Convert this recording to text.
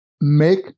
make